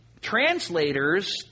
translators